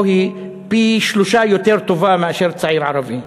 היא פי-שלושה יותר טובה מזו של צעיר ערבי,